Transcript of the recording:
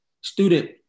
student